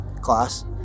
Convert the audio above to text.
class